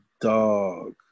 dog